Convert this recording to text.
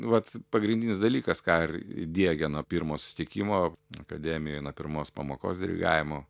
vat pagrindinis dalykas ką ir diegė nuo pirmo susitikimo akademijoj nuo pirmos pamokos dirigavimo